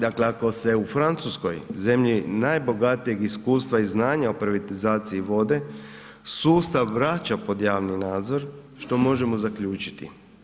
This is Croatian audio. Dakle, ako se u Francuskoj zemlji najbogatijeg iskustva i znanja o privatizaciji vode sustav vraća pod javno nadzor, što možemo zaključiti?